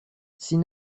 sin